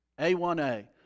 A1A